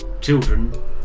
children